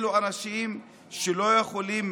אלה אנשים שלא יכולים,